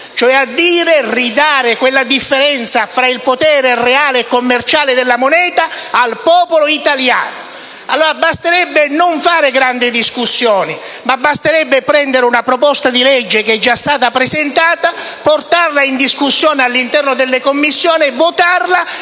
cioè ridare quella differenza tra il potere reale e commerciale della moneta al popolo italiano. Basterebbe quindi non fare grandi discussioni, ma prendere una proposta di legge che è già stata presentata, portarla in discussione nelle Commissioni, votarla